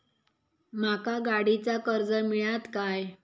माका गाडीचा कर्ज मिळात काय?